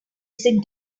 sit